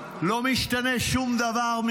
לא משתנה בו שום דבר.